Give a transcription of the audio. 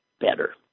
better